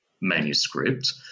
manuscript